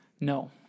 No